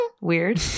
Weird